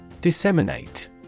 Disseminate